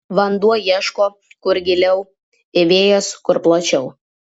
vanduo ieško kur giliau vėjas kur plačiau